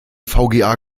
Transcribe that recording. vga